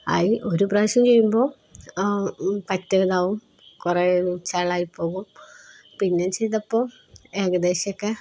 ആയി ഒരു പ്രാവശ്യം ചെയ്യുമ്പോള് പറ്റ ഇതാകും കുറേ ചളമായി പോകും പിന്നെയും ചെയ്തപ്പോള് ഏകദേശമൊക്കെ